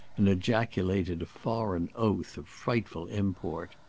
and ejaculated a foreign oath of frightful import.